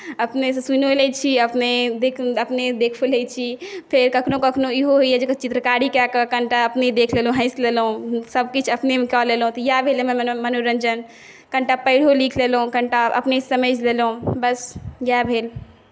अपनेसँ सुनिओ लए छी और अपने देखिओ छी फेर कखनो कखनो इहो होइए जे चित्रकारी कऽ कऽ कनिटा अपने देख लेलहुँ हँसि लेलहुँ सबकिछु अपनेमे कऽ लेलहुँ तऽ इएह भेल हमर मनोरञ्जन कनिटा पढ़िओ लिख लेलहुँ अपनेसँ समझि लेलहुँ बस इएह भेल